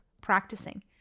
practicing